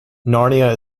narnia